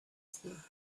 sea